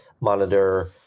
monitor